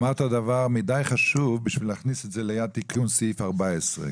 אמרת דבר מדי חשוב בשביל להכניס את זה ליד תיקון סעיף 14,